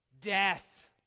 Death